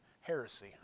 Heresy